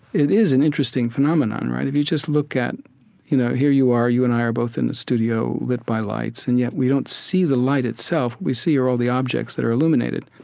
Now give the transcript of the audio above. it is an interesting phenomenon, right? if you just look at you know here you are, you and i are both in the studio lit by lights and yet we don't see the light itself we see are all the objects that are illuminated.